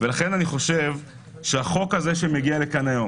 ולכן אני חושב שהחוק הזה שמגיע לכאן היום